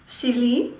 silly